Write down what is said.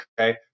okay